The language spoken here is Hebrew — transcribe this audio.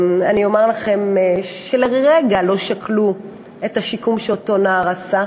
אני אומרת לכם שלרגע לא שקלו את השיקום שאותו נער עשה,